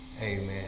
amen